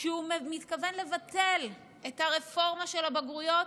שהוא מתכוון לבטל את הרפורמה של הבגרויות,